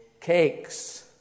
cakes